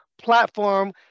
platform